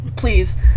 Please